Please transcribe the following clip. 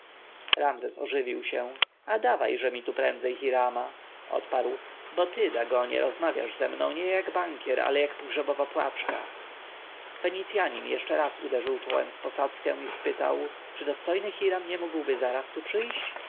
ramzes ożywił się a dawajże mi tu prędzej hirama odparł bo ty dagonie rozmawiasz ze mną nie jak bankier ale jak pogrzebowa płaczka fenicjanin jeszcze raz uderzył czołem w posadzkę i spytał czy dostojny hiram nie mógłby zaraz tu przyjść